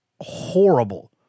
horrible